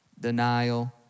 Denial